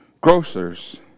grocers